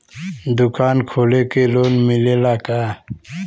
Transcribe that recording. दुकान खोले के लोन मिलेला का?